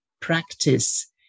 practice